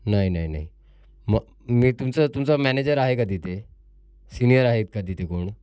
नाही नाही नाही मग मी तुमचं तुमचा मॅनेजर आहे का तिथे सिनियर आहेत का तिथे कोण